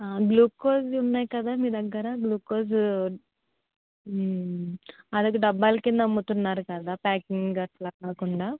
glucose ఉన్నాయి కదా మీ దగ్గర గ్లూకోజు అదొక డబ్బాల కింద అమ్ముతున్నారు కదా ప్యాకింగ్ అట్లా కాకుండా